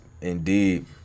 indeed